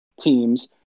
teams